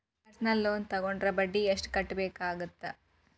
personal loan ತೊಗೊಂಡ್ರ ಬಡ್ಡಿ ಎಷ್ಟ್ ಕಟ್ಟಬೇಕಾಗತ್ತಾ